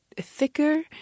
thicker